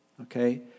Okay